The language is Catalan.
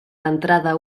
l’entrada